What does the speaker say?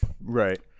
right